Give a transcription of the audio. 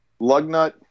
Lugnut